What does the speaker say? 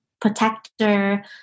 protector